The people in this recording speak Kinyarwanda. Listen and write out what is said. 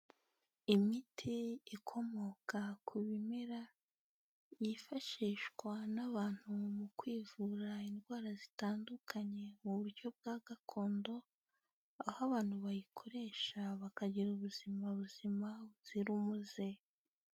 Imiti ikomoka ku bimera yifashishwa n'abantu mu kwivura indwara zitandukanye mu buryo bwa gakondo, aho abantu bayikoresha bakagira ubuzima buzima buzira umuze.